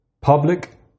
public